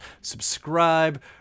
subscribe